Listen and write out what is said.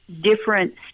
different